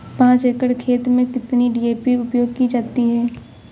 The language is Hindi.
पाँच एकड़ खेत में कितनी डी.ए.पी उपयोग की जाती है?